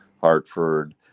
Hartford